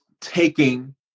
taking